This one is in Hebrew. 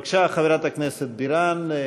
בבקשה, חברת הכנסת בירן.